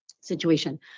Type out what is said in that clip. situation